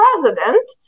president